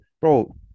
bro